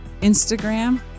Instagram